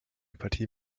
partie